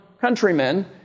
countrymen